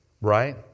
right